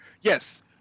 Yes